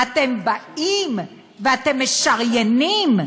אתם משריינים,